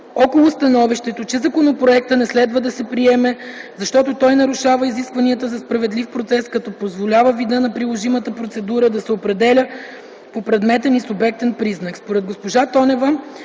около становището, че законопроектът не следва да се приеме, защото той нарушава изискванията за справедлив процес, като позволява видът на приложимата процедура да се определя по предметен и субектен признак. Според госпожа Тонева